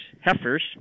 heifers